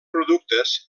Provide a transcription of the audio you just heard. productes